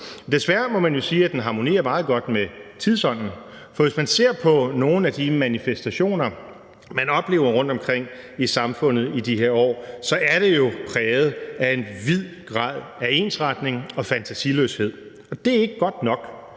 Desværre må man jo sige, at den harmonerer meget godt med tidsånden. Hvis man ser på nogle af de manifestationer, der opleves rundtomkring i samfundet i de her år, så er de jo præget af en høj grad af ensretning og fantasiløshed. Det er ikke godt nok.